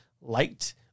light